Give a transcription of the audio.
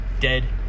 dead